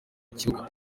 kibuga